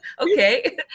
Okay